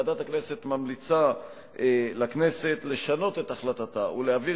ועדת הכנסת ממליצה לכנסת לשנות את החלטתה ולהעביר